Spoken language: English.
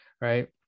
right